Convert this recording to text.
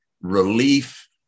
relief